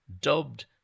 dubbed